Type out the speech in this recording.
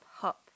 hop